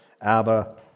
Abba